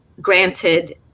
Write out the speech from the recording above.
Granted